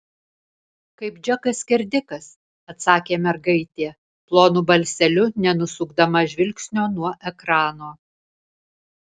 kaip džekas skerdikas atsakė mergaitė plonu balseliu nenusukdama žvilgsnio nuo ekrano